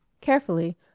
Carefully